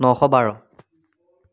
নশ বাৰ